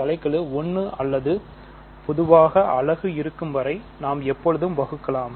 தலைக்கெழுஇருக்கும் வரை நாம் எப்போதும் வகுக்கலாம்